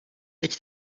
teď